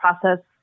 process